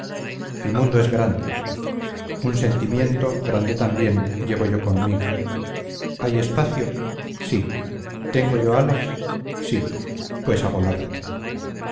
el mundo es grande un sentimiento grande también llevo yo conmigo hay espacio sí tengo yo alas sí pues a volar